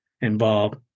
involved